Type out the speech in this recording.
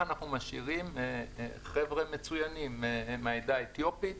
אנחנו משאירים חבר'ה מצוינים מהעדה האתיופית.